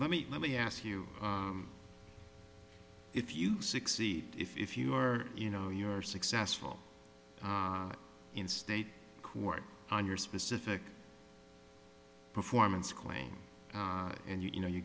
let me let me ask you if you succeed if you are you know you are successful in state court on your specific performance claim and you know you